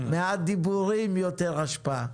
מעט דיבורים, יותר השפעה.